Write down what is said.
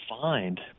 find